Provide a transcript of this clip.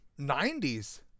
90s